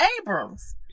Abrams